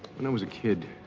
when i was a kid,